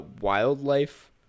wildlife